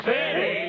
City